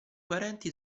parenti